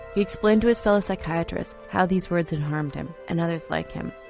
explained to his fellow psychiatrists how these words had harmed him and others like him.